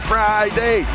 Friday